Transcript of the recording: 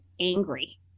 angry